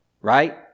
Right